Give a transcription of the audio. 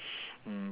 mm